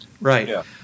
Right